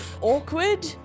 awkward